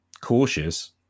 cautious